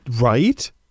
Right